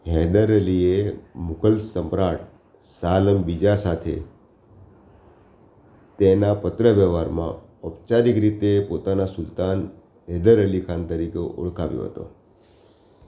હૈદર અલીએ મુઘલ સમ્રાટ શાહ આલમ બીજા સાથેના તેના પત્રવ્યવહારમાં ઔપચારિક રીતે પોતાના સુલતાન હૈદર અલી ખાન તરીકે ઓળખાવ્યો હતો